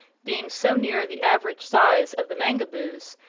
being so near the average size of the mangaboos,